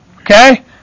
Okay